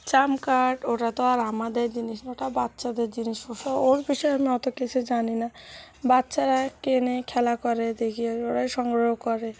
Trump card ওটা তো আর আমাদের জিনিস ওটা বাচ্চাদের জিনিস ওসব ওর বিষয়ে আমি অত কিছু জানি না বাচ্চারা কেনে খেলা করে দেখি আর ওরাই সংগ্রহ করে